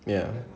ya